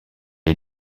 est